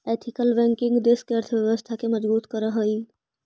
ethical banking देश के अर्थव्यवस्था के मजबूत करऽ हइ